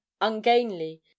ungainly